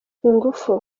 ingufu